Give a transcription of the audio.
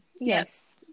Yes